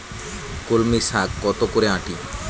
কলমি শাখ কত করে আঁটি?